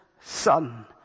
son